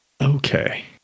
Okay